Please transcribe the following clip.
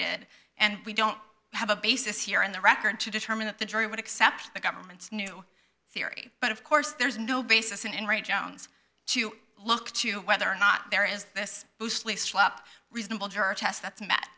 did and we don't have a basis here in the record to determine that the jury would accept the government's new theory but of course there is no basis in write downs to look to whether or not there is this loosely strap reasonable juror test that's met